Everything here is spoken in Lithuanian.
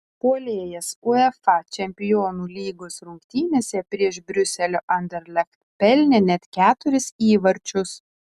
puolėjas uefa čempionų lygos rungtynėse prieš briuselio anderlecht pelnė net keturis įvarčius